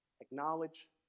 Acknowledge